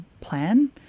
plan